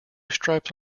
stripes